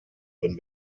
wenn